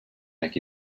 back